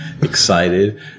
excited